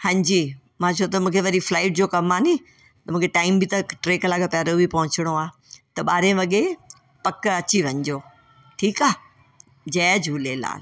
हांजी मां छोत वरी मूंखे फ्लाईट जो कम आहे नि त मूंखे टाइम बि त टे कलाक पहरियों बि पहुचणो आहे त ॿारहें वॻे पक अची वञिजो ठीकु आहे जय झूलेलाल